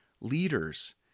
leaders